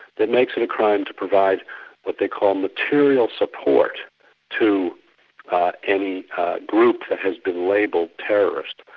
that makes it a crime to provide what they call material support to any group that has been labelled terrorist.